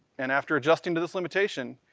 and after adjusting to this limitation,